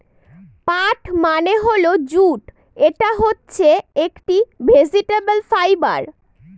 পাট মানে হল জুট এটা হচ্ছে একটি ভেজিটেবল ফাইবার